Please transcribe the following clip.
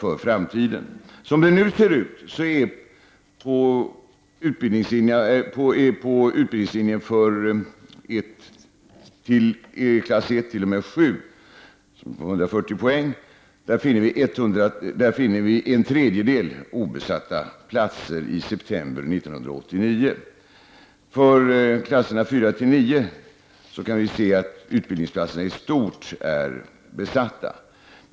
När det gäller klasserna 1-7, med kravet 140 poäng, finner vi att i september 1989 en tredjedel av platserna var obesatta. Beträffande klasserna 4-9 ser vi att utbildningsplatserna i stort var besatta.